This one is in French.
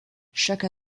chaque